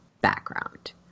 background